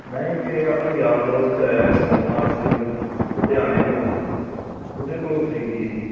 ਮੈਂ ਇੱਕ ਇਹ ਆਪਣੇ ਯਾਰ ਦੋਸਤ ਹੈ ਸੋਨਾ ਸਿੰਘ ਲੁਧਿਆਣੇ ਤੋਂ ਹੈ ਉਹਦੇ ਕੋਲੋਂ ਖਰੀਦੀ ਸੀ